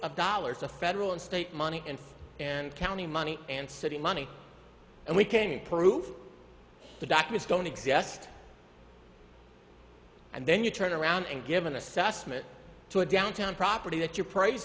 of dollars of federal and state money and county money and city money and we can't prove the doctors don't exist and then you turn around and give an assessment to a downtown property that you're pr